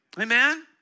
Amen